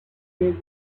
gave